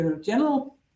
general